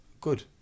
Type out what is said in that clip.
good